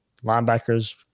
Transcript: linebackers